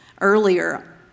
earlier